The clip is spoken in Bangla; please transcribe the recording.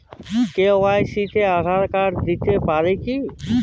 কে.ওয়াই.সি তে আঁধার কার্ড দিতে পারি কি?